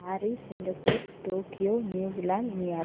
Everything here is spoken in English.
Paris Singapore Tokyo New Zealand New York